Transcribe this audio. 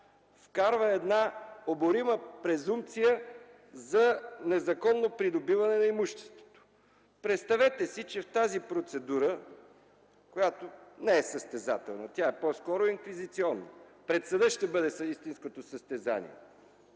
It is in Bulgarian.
вкарва една оборима презумпция за незаконно придобиване на имуществото. Представете си, че в тази процедура, която не е състезателна, тя е по-скоро инквизиционна (пред съда ще бъде истинското състезание),